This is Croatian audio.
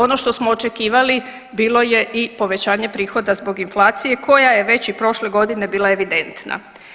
Ono što smo očekivali bilo je i povećanje prihoda zbog inflacije koja je već i prošle godine bila evidentna.